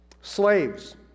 slaves